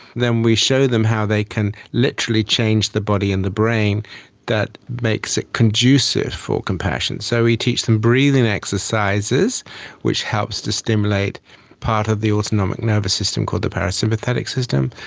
then we show them how they can literally change the body and the brain that makes it conducive for compassion. so we teach them breathing exercises which helps to stimulate part of the autonomic nervous system called the parasympathetic system.